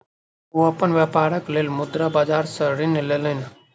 ओ अपन व्यापारक लेल मुद्रा बाजार सॅ ऋण लेलैन